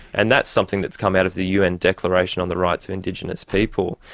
and that's something that's come out of the un declaration on the rights of indigenous people.